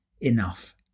enough